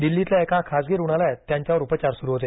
दिल्लीतल्या एका खासगी रुग्णालयात त्यांच्यावर उपचार सुरु होते